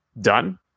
done